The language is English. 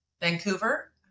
Vancouver